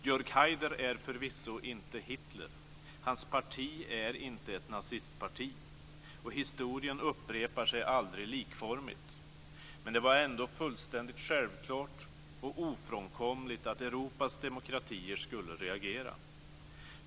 Jörg Heider är förvisso inte Hitler. Hans parti är inte ett nazistparti, och historien upprepar sig aldrig likformigt. Men det var ändå fullständigt självklart och ofrånkomligt att Europas demokratier skulle reagera.